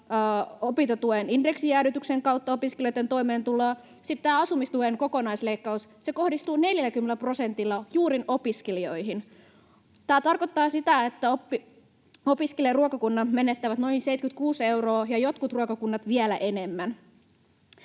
opintotuen indeksijäädytyksen kautta opiskelijoitten toimeentuloa. Sitten asumistuen kokonaisleikkaus kohdistuu 40 prosentilla juuri opiskelijoihin. Tämä tarkoittaa sitä, että opiskelijaruokakunnat menettävät noin 76 euroa ja jotkut ruokakunnat vielä enemmän.